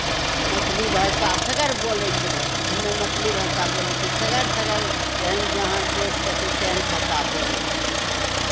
मैथिली भाषा सगर बोलै छै बहीन हमे मैथिली भाषा बोलै छियै सगर सगर जेहन जहाँ देश देखै तेहन भाषा बोलै छियै